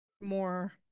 more